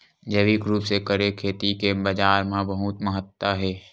जैविक रूप से करे खेती के बाजार मा बहुत महत्ता हे